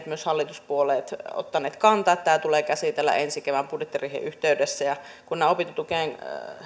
myös hallituspuolueet ovat ottaneet kantaa että tämä tulee käsitellä ensi kevään budjettiriihen yhteydessä ja kun nämä opintotukeen